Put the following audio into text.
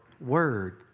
word